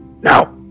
Now